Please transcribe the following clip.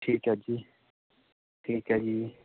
ਠੀਕ ਐ ਜੀ ਠੀਕ ਐ ਜੀ